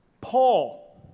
Paul